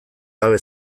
gabe